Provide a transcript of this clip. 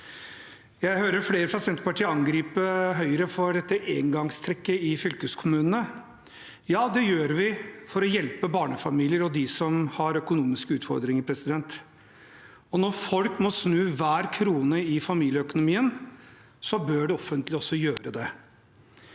Jeg hører flere fra Senterpartiet angripe Høyre for dette engangstrekket til fylkeskommunene. Ja, det gjør vi for å hjelpe barnefamilier og dem som har økonomiske utfordringer. Når folk må snu på hver krone i familieøkonomien, bør det offentlige også gjøre det.